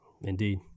Indeed